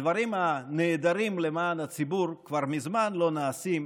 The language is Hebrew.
הדברים הנהדרים למען הציבור כבר מזמן לא נעשים,